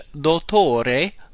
dottore